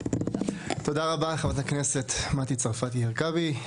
תודה רבה לחברת הכנסת מטי צרפתי הרכבי.